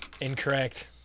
Incorrect